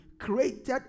Created